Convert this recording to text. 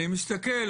אני מסתכל,